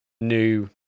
new